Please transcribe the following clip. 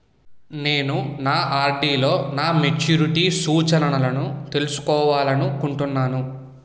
నేను నా ఆర్.డి లో నా మెచ్యూరిటీ సూచనలను తెలుసుకోవాలనుకుంటున్నాను